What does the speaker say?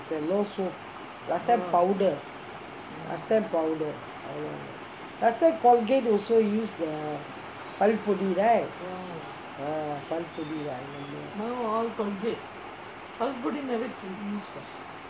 no soap last time powder last time Colgate also used the pal podi podi right ah pal podi podi